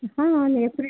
हा एक पिरेड